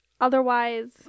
Otherwise